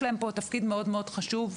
יש להם תפקיד מאוד-מאוד חשוב.